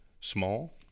small